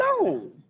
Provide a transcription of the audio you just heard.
alone